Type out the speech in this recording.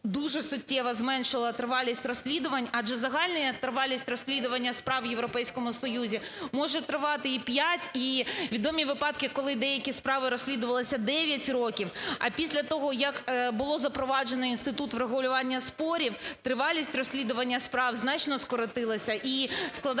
дуже суттєво зменшило тривалість розслідувань, адже загальна тривалість розслідування справ в Європейському Союзі може тривати і 5, і відомі випадки, коли деякі справи розслідувалися 9 років. А після того, як було запроваджено інститут врегулювання спорів, тривалість розслідування справ значно скоротилася і складає в